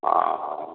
हँ